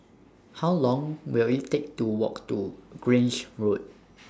How Long Will IT Take to Walk to Grange Road